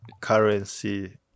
currency